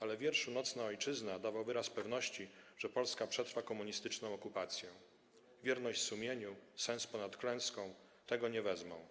Ale w wierszu „Nocna Ojczyzna” dawał wyraz pewności, że Polska przetrwa komunistyczną okupację: „Wierność sumienia/ Sens ponad klęską,/ Tego nie wezmą/